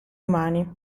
umani